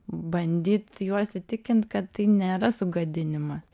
bandyt juos įtikint kad tai nėra sugadinimas